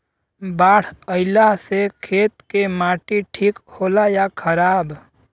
बाढ़ अईला से खेत के माटी ठीक होला या खराब?